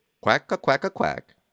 Quack-a-quack-a-quack